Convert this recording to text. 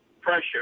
pressure